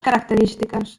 características